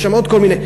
יש שם עוד כל מיני.